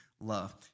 love